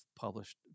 published